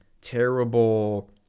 terrible